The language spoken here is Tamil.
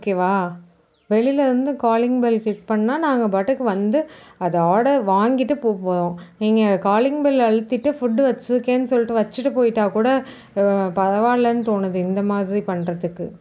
ஓகேவா வெளிலிருந்து காலிங் பெல் கிளிக் பண்ணால் நாங்கள் பாட்டுக்கு வந்து அதை ஆர்டர் வாங்கிட்டு போக போகிறோம் நீங்கள் காலிங் பெல் அழுத்திட்டு ஃபுட்டு வச்சுருக்கேன்னு சொல்லிட்டு வச்சுட்டு போய்விட்டா கூட பரவாயில்லன்னு தோணுது இந்த மாதிரி பண்ணுறதுக்கு